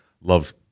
loves